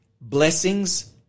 blessings